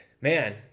man